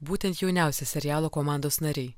būtent jauniausi serialo komandos nariai